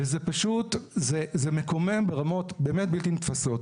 זה מקומם ברמות באמת בלתי נתפסות.